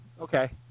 Okay